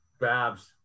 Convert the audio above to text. Babs